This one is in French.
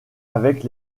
avec